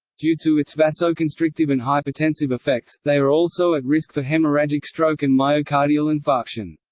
due to its vasoconstrictive and hypertensive effects, they are also at risk for hemorrhagic stroke and myocardial infarction.